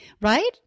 Right